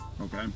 okay